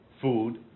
food